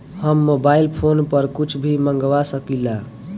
हम mobile phone पर कुछ भी मंगवा सकिला?